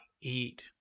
eat